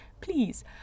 please